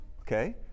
Okay